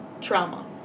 trauma